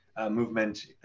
movement